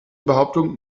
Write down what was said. behauptung